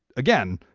again,